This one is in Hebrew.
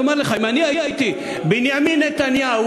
אם אני הייתי בנימין נתניהו,